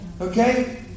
Okay